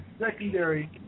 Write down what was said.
secondary